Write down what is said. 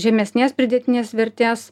žemesnės pridėtinės vertės